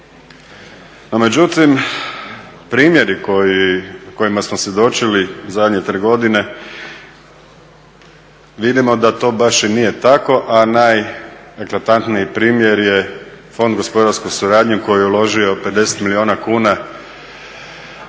No međutim, primjeri kojima smo svjedočili zadnje 3 godine, vidimo da to baš i nije tako, a … primjer je fond gospodarske suradnje koji je uložio 50 milijuna kuna